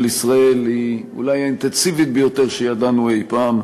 ישראל היא אולי האינטנסיבית ביותר שידענו אי-פעם.